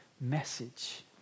message